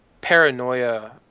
paranoia